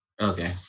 Okay